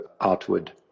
outward